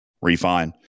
refine